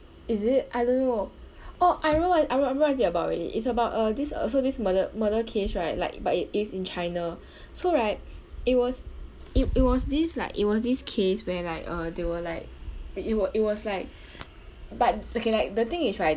is it I don't know oh I remember what I remember what is it about already it's about uh this uh so this murder murder case right like but it is in china so right it was it it was this like it was this case where like uh they were like it wa~ it was like but okay like the thing is right